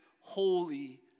holy